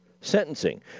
sentencing